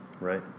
Right